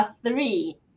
three